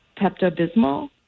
Pepto-Bismol